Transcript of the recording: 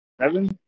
seven